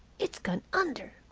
it's gone under!